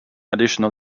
additional